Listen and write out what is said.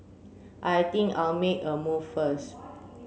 I think I'll make a move first